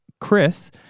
Chris